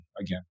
again